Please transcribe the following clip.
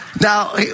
Now